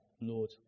Lord